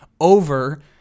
over